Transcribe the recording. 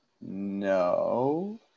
no